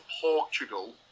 Portugal